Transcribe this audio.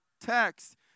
text